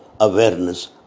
awareness